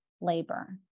labor